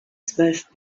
zwölf